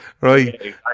Right